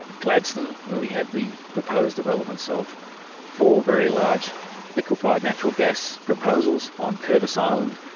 gladstone where we had the proposed developments of four very large liquefied natural gas proposals on curtis island.